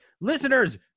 Listeners